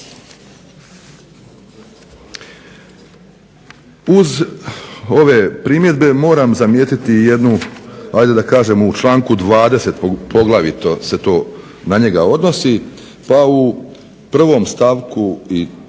Uz ove primjedbe moram zamijetiti jednu ajde da kažem u članku 20.poglavito se to na njega odnosi. Pa u 1.stavku i